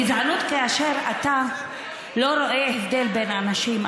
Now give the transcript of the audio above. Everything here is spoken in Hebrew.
גזענות זה כאשר אתה לא רואה הבדל בין אנשים.